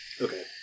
Okay